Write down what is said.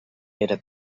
era